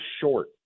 short